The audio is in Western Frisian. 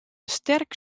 sterk